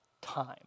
time